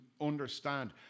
understand